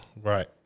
right